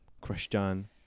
Christian